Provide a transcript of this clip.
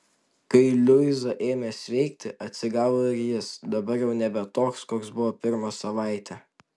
kai luiza ėmė sveikti atsigavo ir jis dabar jau nebe toks koks buvo pirmą savaitę